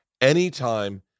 anytime